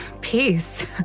Peace